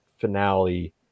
finale